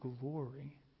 glory